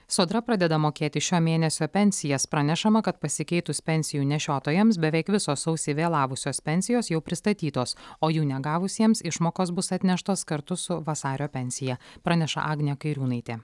sodra pradeda mokėti šio mėnesio pensijas pranešama kad pasikeitus pensijų nešiotojams beveik visos sausį vėlavusios pensijos jau pristatytos o jų negavusiems išmokos bus atneštos kartu su vasario pensija praneša agnė kairiūnaitė